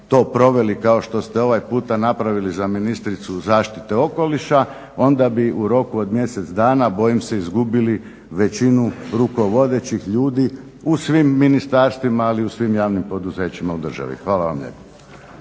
to proveli kao što ste ovoga puta napravili za ministricu zaštite okoliša onda bi u roku od mjesec dana, bojim se izgubili većinu rukovodećih ljudi u svim ministarstvima, ali i u svim javnim poduzećima u državi. Hvala vam lijepa.